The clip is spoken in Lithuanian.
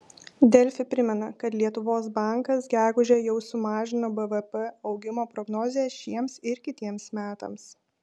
delfi primena kad lietuvos bankas gegužę jau sumažino bvp augimo prognozę šiems ir kitiems metams